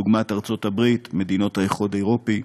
דוגמת ארצות-הברית ומדינות האיחוד האירופי,